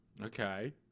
Okay